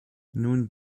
nun